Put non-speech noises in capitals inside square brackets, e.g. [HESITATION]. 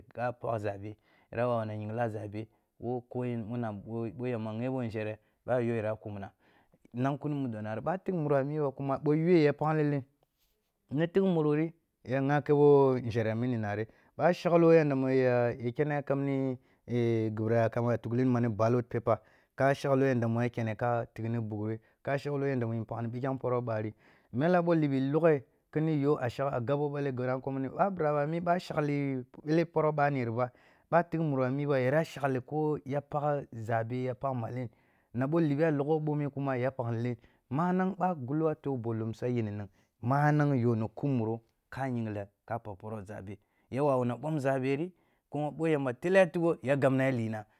[UNINTELLIGIBLE] yara wawuna yingla a zabe wo ko yen mum boh, boh yamba ye wo nzhere ɓoh a yo yara kumna nankuni mudo nari ɓoh a tigh mnro a miba kuma ɓoh yu’ah ya pagh llen, ni tegh, ureri ya nykebo nzheri mini nari, ɓoh a shakloh yanda mu ya, ya keni kamni [HESITATION] ghi bira yake ma tughni ma ni ballot paper ka shaklo yanda mnah kene ka tigh ni bighe, ka shakli pikhem poroh ɓari, me ta ɓoh libi loghe kini yo a shak a gabo bele ghi nanko mini, ɓoh a bira a mi, boh shakli eh pele poroh ɓah ni ri ba, ɓoh tigh moroh a miba yara shakli ko ya pagha zabe ya pagh malen, na bo libi a ligho ɓome kuma ya nagh lelen, maang ɓoh a guloh a tu’oh boh lum-sa-yinining manang yo ni kuh muro ka yinghe ka ɓagh poroh zabe, ya wawuna ɓom zaberhi, kuma boh yamba tele a tigho ya gabna ya linah.